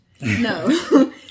No